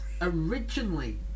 Originally